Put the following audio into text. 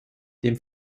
dem